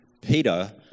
Peter